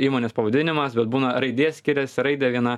įmonės pavadinimas bet būna raidė skiriasi raidė viena